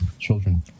children